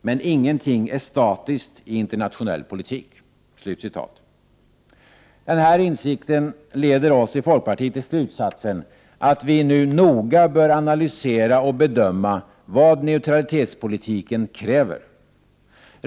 Men ingenting är statiskt i internationell politik.” Denna insikt leder oss i folkpartiet till slutsatsen, att vi nu noga bör analysera och bedöma vad neutralitetspolitiken kräver.